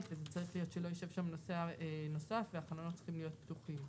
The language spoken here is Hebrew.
זה צריך להיות שלא ישב שם נוסע נוסף והחלונות צריכים להיות פתוחים.